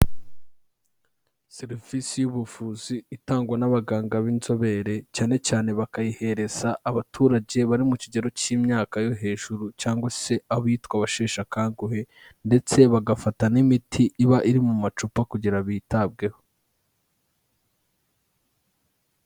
Serivisi y'ubuvuzi itangwa n'abaganga b'inzobere cyane cyane bakayihereza abaturage bari mu kigero cy'imyaka yo hejuru cyangwa se abitwa abasheshe akanguhe ndetse bagafata n'imiti iba iri mu macupa kugira bitabweho.